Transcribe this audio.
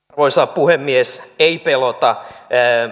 arvoisa puhemies ei pelota